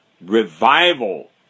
revival